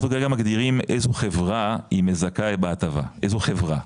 אנחנו כרגע מגדירים איזו חברה היא מזכה בהטבה איזו חברה,